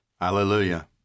Hallelujah